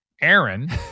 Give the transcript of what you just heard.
Aaron